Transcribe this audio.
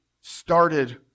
started